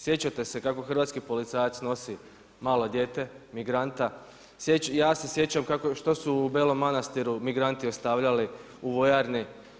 Sjećate se kako hrvatski policajac nosi malo dijete, migranta, ja se sjećam što su u Belom Manastiru migranti ostavljali u vojarni.